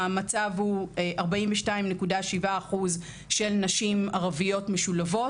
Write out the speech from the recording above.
המצב הוא 42.7 אחוז של נשים ערביות משולבות.